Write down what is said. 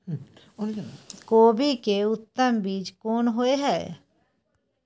कोबी के उत्तम बीज कोन होय है?